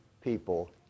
people